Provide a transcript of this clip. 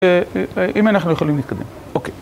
אם אנחנו יכולים להתקדם. אוקיי.